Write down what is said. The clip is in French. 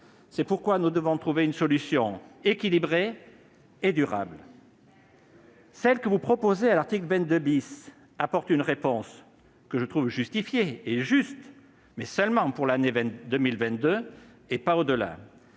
raison pour laquelle nous devons trouver une solution équilibrée et durable. Celle que vous proposez à l'article 22 apporte une réponse justifiée et juste, mais seulement pour 2022, pas au-delà.